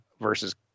versus